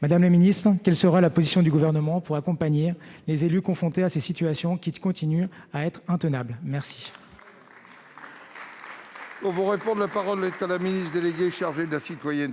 Madame la ministre, quelle sera la position du Gouvernement pour accompagner les élus confrontés à ces situations qui restent intenables ? Très